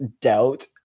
doubt